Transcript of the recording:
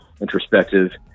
introspective